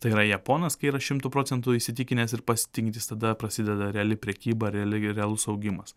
tai yra japonas kai yra šimtu procentų įsitikinęs ir pasitikintis tada prasideda reali prekyba reali realus augimas